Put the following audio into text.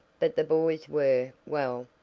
but the boys were well,